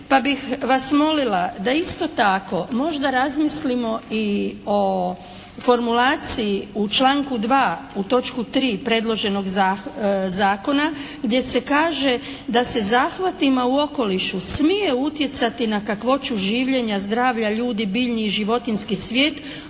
pa bih vas molila da isto tako možda razmislimo i o formulaciji u članku 2. u točku 3. predloženog Zakona gdje se kaže da se zahvatima u okolišu smije utjecati na kakvoću življenja, zdravlja ljudi, biljnih i životinjski svijet